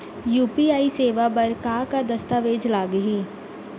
UPI सेवा बर का का दस्तावेज लागही?